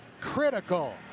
critical